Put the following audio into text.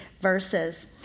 verses